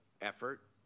effort